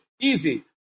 Easy